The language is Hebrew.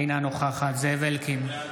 אינה נוכחת זאב אלקין,